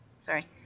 Sorry